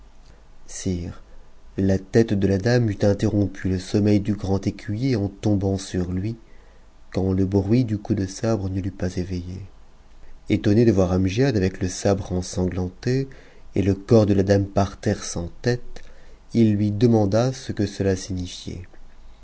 sire la tête de la dame eût interrompu le sommeil du grand écuyer en tombant sur lui quand le bruit du coup de sabre ne l'eût pas éveillé ëtonné de voir amgiad avec le sabre ensanglanté et le corps de la dame par terre sans tête il lui demanda ce que cela signifiait